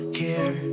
care